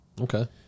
Okay